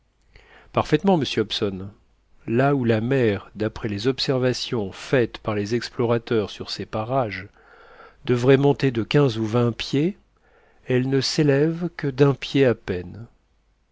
parfaitement monsieur hobson là où la mer d'après les observations faites par les explorateurs sur ces parages devrait monter de quinze ou vingt pieds elle ne s'élève que d'un pied à peine